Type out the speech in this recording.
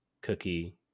cookie